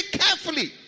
carefully